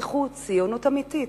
הוכיחו ציונות אמיתית.